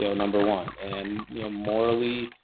yeah number one, and you know morally,